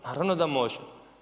Naravno da može.